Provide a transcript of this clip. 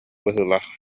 быһыылаах